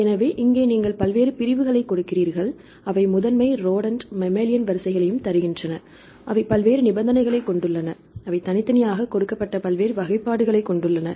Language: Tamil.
எனவே இங்கே நீங்கள் பல்வேறு பிரிவுகளைக் கொடுக்கிறீர்கள் அவை முதன்மை ரோடென்ட் மம்மலின் வரிசைகளையும் தருகின்றன அவை பல்வேறு நிபந்தனைகளைக் கொண்டுள்ளன அவை தனித்தனியாகக் கொடுக்கப்பட்ட பல்வேறு வகைப்பாடுகளைக் கொண்டுள்ளன